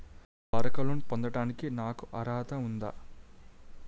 డ్వాక్రా లోన్ పొందటానికి నాకు అర్హత ఉందా?